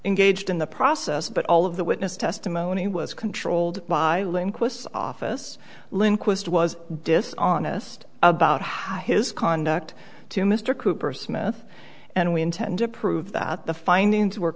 engaged in the process but all of the witness testimony was controlled by linguists office lindquist was dishonest about how his conduct to mr cooper smith and we intend to prove that the findings were